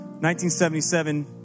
1977